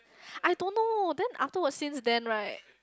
I don't know then afterwards since then right